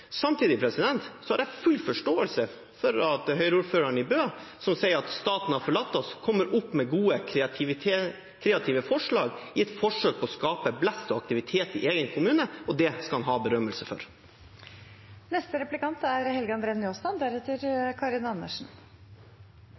Samtidig har jeg full forståelse for Høyre-ordføreren i Bø, som sier at staten har forlatt oss, og kommer opp med gode, kreative forslag i et forsøk på å skape blest om og aktivitet i egen kommune. Det skal han ha berømmelse